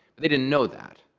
they didn't know that.